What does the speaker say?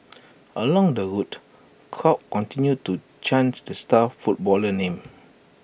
along the route crowds continued to chant the star footballer's name